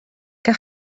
què